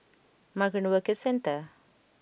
Migrant Workers Centre